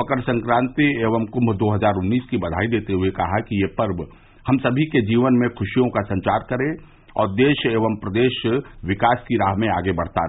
मकर संक्रांति एवं कृंम दो हजार उन्नीस की बधाई देते हुए कहा कि यह पर्व हम सभी के जीवन में खुशियों का संचार करे और देश एवं प्रदेश विकास की राह में आगे बढ़ता रहे